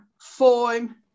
form